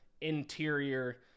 interior